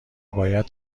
باید